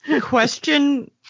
question